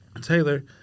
Taylor